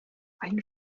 einen